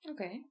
Okay